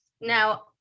now